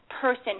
person